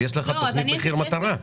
יש את תוכנית מחיר מטרה,